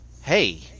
hey